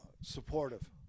supportive